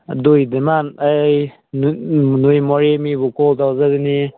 ꯑꯗꯣꯏꯗꯤ ꯃꯥꯟ ꯑꯩ ꯅꯣꯏ ꯃꯦꯔꯤ ꯃꯤꯕꯨ ꯀꯣꯜ ꯇꯧꯖꯒꯅꯤ